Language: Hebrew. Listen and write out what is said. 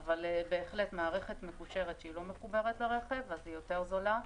אבל מערכת מקושרת שאינה מחוברת לרכב היא יותר זולה,